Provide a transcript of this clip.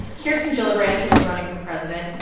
kirsten gillibrand, who is running for president,